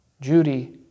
Judy